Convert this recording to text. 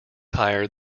hired